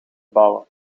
bouwen